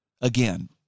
again